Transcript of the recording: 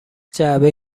جعبه